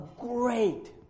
great